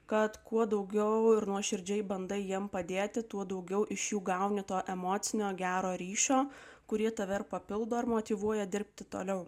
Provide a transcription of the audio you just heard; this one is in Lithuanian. kad kuo daugiau ir nuoširdžiai bandai jiems padėti tuo daugiau iš jų gauni to emocinio gero ryšio kurie tave papildo ir motyvuoja dirbti toliau